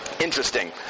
interesting